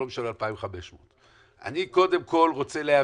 הוא לא משלם 2,500. אני קודם כל רוצה להבין,